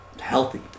healthy